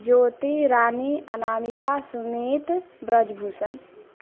Jyoti Rani Anamika Sumit Brijbhushan